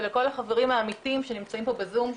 ולכל החברים האמיצים שנמצאים פה בזום,